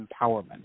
empowerment